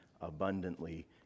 abundantly